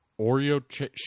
Oreo